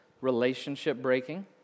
relationship-breaking